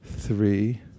three